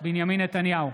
בנימין נתניהו,